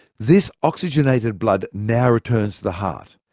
this oxygenated blood now returns to the heart,